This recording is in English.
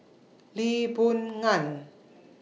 Lee Boon Ngan